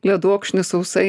ledokšnį sausai